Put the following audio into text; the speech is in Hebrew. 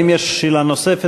האם יש שאלה נוספת?